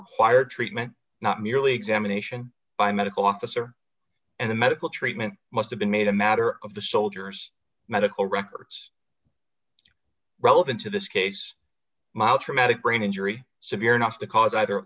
required treatment not merely examination by medical officer and the medical treatment must have been made a matter of the soldier's medical records relevant to this case mild traumatic brain injury severe enough to cause either